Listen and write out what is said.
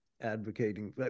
advocating